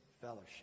fellowship